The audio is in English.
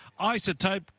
isotope